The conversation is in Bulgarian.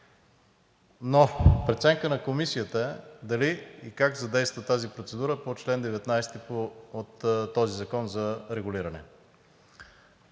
Но преценка на Комисията е дали и как да задейства процедурата по чл. 19 от този закон за регулиране.